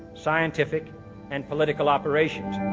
scientific and political operations.